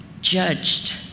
judged